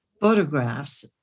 photographs